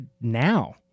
now